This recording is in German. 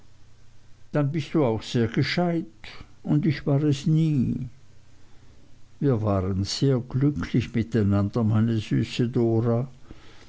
dann bist du auch sehr gescheit und ich war es nie wir waren sehr glücklich miteinander meine süße dora